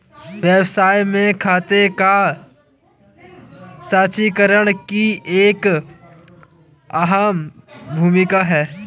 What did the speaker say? व्यवसाय में खाते का संचीकरण की एक अहम भूमिका है